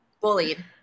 Bullied